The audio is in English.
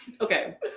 Okay